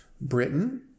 Britain